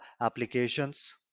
applications